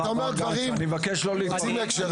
סליחה אני מבקש לא להתפרץ.